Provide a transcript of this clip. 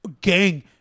gang